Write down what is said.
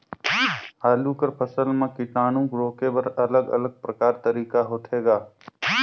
आलू कर फसल म कीटाणु रोके बर अलग अलग प्रकार तरीका होथे ग?